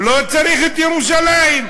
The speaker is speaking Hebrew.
לא צריך את ירושלים?